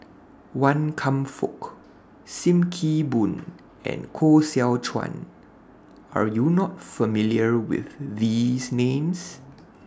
Wan Kam Fook SIM Kee Boon and Koh Seow Chuan Are YOU not familiar with These Names